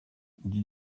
dit